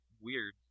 weird